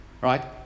Right